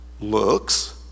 looks